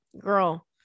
Girl